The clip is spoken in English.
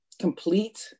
complete